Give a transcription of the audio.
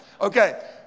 Okay